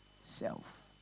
self